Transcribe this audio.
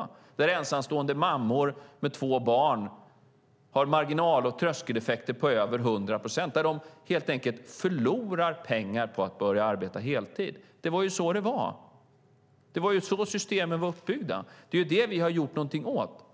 Det är försäkringar där ensamstående mammor med två barn har marginal och tröskeleffekter på över 100 procent och där de helt enkelt förlorar pengar på att börja arbeta heltid. Det var så det var; det var så systemen var uppbyggda. Det är detta vi har gjort någonting åt.